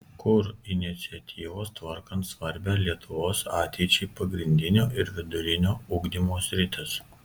kur iniciatyvos tvarkant svarbią lietuvos ateičiai pagrindinio ir vidurinio ugdymo sritis